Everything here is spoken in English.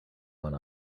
one